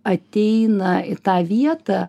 ateina į tą vietą